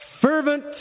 fervent